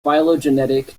phylogenetic